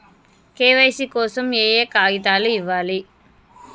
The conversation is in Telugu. కే.వై.సీ కోసం ఏయే కాగితాలు ఇవ్వాలి?